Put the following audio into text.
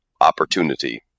opportunity